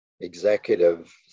executive